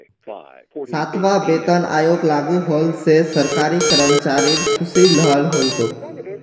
सातवां वेतन आयोग लागू होल से सरकारी कर्मचारिर ख़ुशीर लहर हो तोक